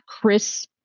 chris